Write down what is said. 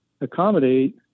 accommodate